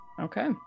okay